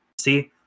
See